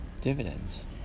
dividends